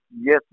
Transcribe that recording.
yes